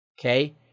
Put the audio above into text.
Okay